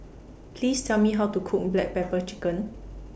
Please Tell Me How to Cook Black Pepper Chicken